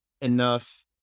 enough